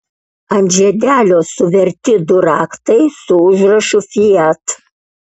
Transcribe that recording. ant žiedelio suverti du raktai su užrašu fiat